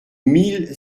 mille